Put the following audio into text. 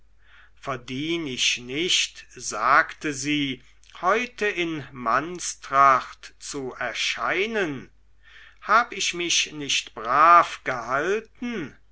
verdien ich nicht sagte sie heute in mannstracht zu erscheinen habe ich mich nicht brav gehalten